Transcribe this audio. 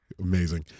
Amazing